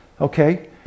Okay